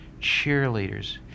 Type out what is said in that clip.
cheerleaders